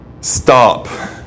stop